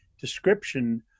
description